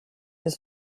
his